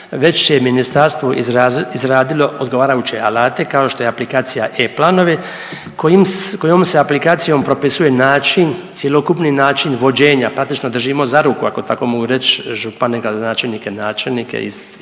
već je ministarstvo izradilo odgovarajuće alate kao što je aplikacija e-Planovi kojom se aplikacijom propisuje način cjelokupni način vođenja, praktično držimo za ruku ako tako mogu reć župane, gradonačelnike, načelnike